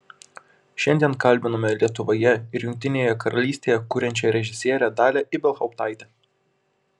šiandien kalbiname lietuvoje ir jungtinėje karalystėje kuriančią režisierę dalią ibelhauptaitę